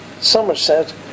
Somerset